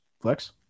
Flex